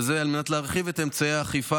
וזה על מנת להרחיב את אמצעי האכיפה